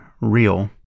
real